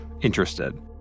interested